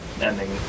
ending